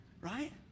right